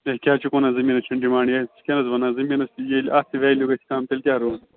ہے کیاہ چھُکھ ونان زمیٖنَس چھ نہٕ ڈمانڈے ہے ژٕ کیاہ حظ ونان زمیٖنَس ییلہِ اَتھ تہِ ویلیو گژھِ کم تیٚلہِ کیاہ روٗد